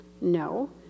No